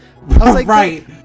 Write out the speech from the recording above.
Right